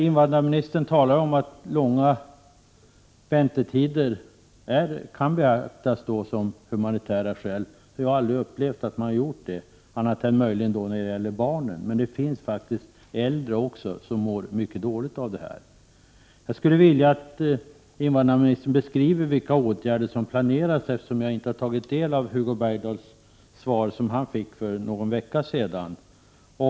Invandrarministern talar om att långa väntetider kan betraktas som humanitära skäl, men jag har aldrig upplevt att så har varit fallet annat än för barn. Det finns också äldre som mår mycket dåligt av den långa väntan. Jag skulle vilja att invandrarministern beskriver vilka åtgärder som planeras, eftersom jag inte har tagit del av det svar som Hugo Bergdahl fick för någon vecka sedan.